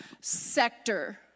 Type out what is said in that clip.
sector